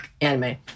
anime